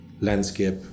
landscape